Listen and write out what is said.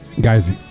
Guys